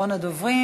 אחרון הדוברים.